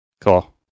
Cool